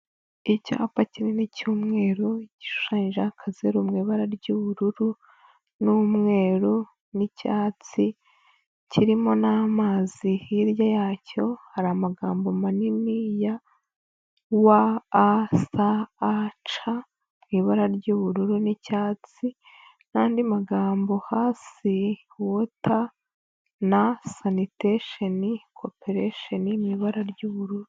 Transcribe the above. Icyapa kinini cy'umweru, gishushanyijeho akazeru mu ibara ry'ubururu n'umweru n'icyatsi, kirimo n'amazi, hirya yacyo hari amagambo manini ya WASAC mu ibara ry'ubururu n'icyatsi, n'andi magambo hasi: Water na Sanitation Coperation mu ibara ry'ubururu.